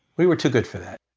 we were too good for that.